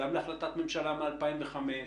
גם להחלטת ממשלה מ-2005,